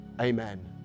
Amen